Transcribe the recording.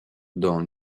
dans